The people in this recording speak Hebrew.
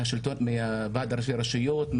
מוועד ראשי הרשויות,